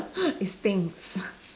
it stinks